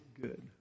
good